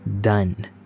done